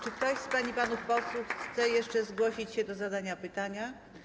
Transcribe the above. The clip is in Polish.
Czy ktoś z pań i panów posłów chce jeszcze zgłosić się do zadania pytania?